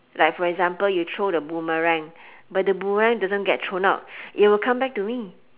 like for example you throw the boomerang but the boomerang doesn't get thrown out it will come back to me